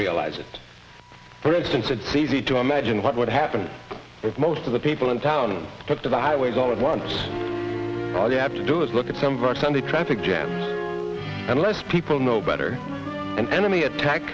realize it for instance it's easy to imagine what would happen if most of the people in town took to the highways all at once all you have to do is look at some of our sunday traffic jam unless people know better an enemy attack